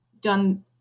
done